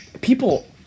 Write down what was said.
people